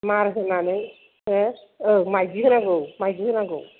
मार होनानै हो औ माइदि होनांगौ माइदि होनांगौ